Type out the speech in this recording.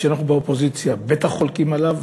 וכשאנחנו באופוזיציה בטח חולקים עליו,